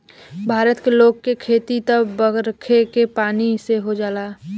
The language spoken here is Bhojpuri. भारत के लोग के खेती त बरखे के पानी से हो जाला